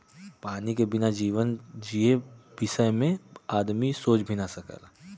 पानी के बिना जीवन जिए बिसय में आदमी सोच भी न सकेला